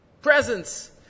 Presents